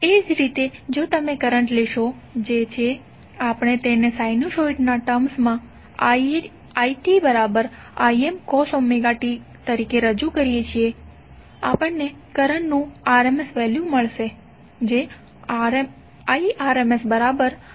એ જ રીતે જો તમે કરંટ લેશો જે તે છે અને આપણે તેને સાઇનોસોઈડ ની ટર્મ્સ માં itIm cos t તરીકે રજૂ કરીએ છીએ આપણને કરંટનું rms વેલ્યુ મળશે જે Irms Im2 ની બરાબર છે